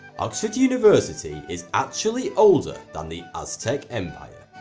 oxford university is actually older than the aztec empire,